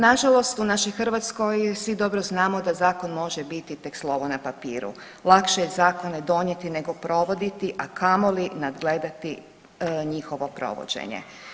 Nažalost u našoj Hrvatskoj svi dobro znamo da zakon može biti tek slovo na papiru, lakše je zakone donijeti nego provoditi, a kamoli nadgledati njihovo provođenje.